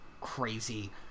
crazy